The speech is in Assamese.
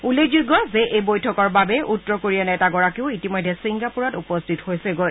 উল্লেখযোগ্য যে এই বৈঠকৰ বাবে উত্তৰ কোৰিয়াৰ নেতাগৰাকীও ইতিমধ্যে ছিংগাপুৰত উপস্থিত হৈছেগৈ